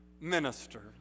minister